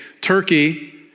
Turkey